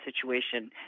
situation